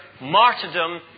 martyrdom